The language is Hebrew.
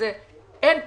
אין פתרון.